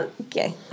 Okay